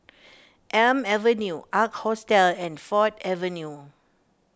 Elm Avenue Ark Hostel and Ford Avenue